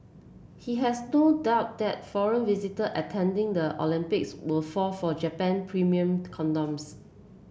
he has no doubt that foreign visitor attending the Olympics will fall for Japan premium condoms